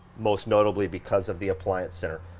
most notably because of the appliance center.